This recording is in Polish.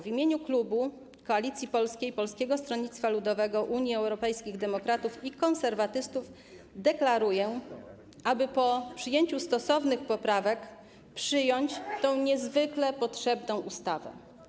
W imieniu klubu Koalicji Polskiej - Polskiego Stronnictwa Ludowego, Unii Europejskich Demokratów i Konserwatystów deklaruję, po przyjęciu stosownych poprawek, przyjęcie tej niezwykle potrzebnej ustawy.